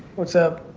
what's up.